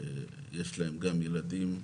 שיש להם גם ילדים,